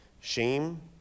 Shame